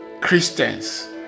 Christians